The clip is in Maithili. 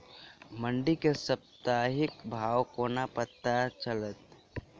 मंडी केँ साप्ताहिक भाव कोना पत्ता चलतै?